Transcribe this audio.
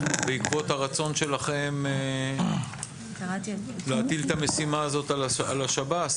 בעקבות הרצון שלכם להטיל את המשימה הזאת על שירות בתי הסוהר.